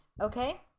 Okay